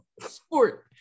Sport